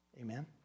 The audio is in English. Amen